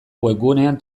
webgunean